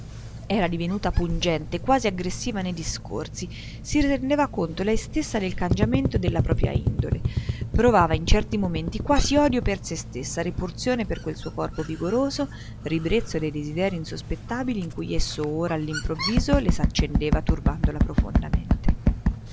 era divenuta pungente quasi aggressiva nei discorsi si rendeva conto lei stessa del cangiamento della propria indole provava in certi momenti quasi odio per se stessa repulsione per quel suo corpo vigoroso ribrezzo dei desiderii insospettati in cui esso ora all'improvviso le s'accendeva turbandola profondamente